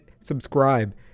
subscribe